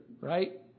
right